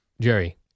Jerry